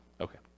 Okay